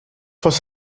was